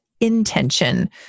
intention